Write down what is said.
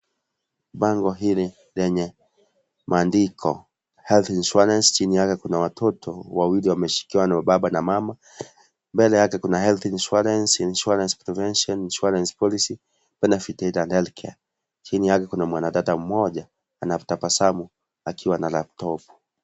Bango hili lenye mandiko, health insurance, chini yake kuna watoto, wawili wameshikwa na baba na mama. Mbele yake kuna health insurance, insurance prevention, insurance policy, benefited and healthcare. chini yake kuna mwanadada mmoja , anatabasamu, akiwa na laputopu.